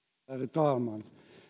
talman